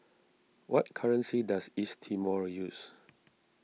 what currency does East Timor use